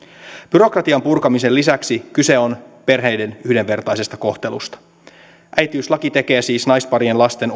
byrokratian purkamisen lisäksi kyse on perheiden yhdenvertaisesta kohtelusta äitiyslaki tekee siis naisparien lasten